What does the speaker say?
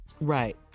Right